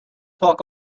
talk